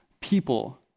people